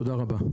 תודה רבה.